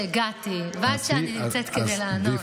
עד שהגעתי ועד שאני נמצאת כדי לענות.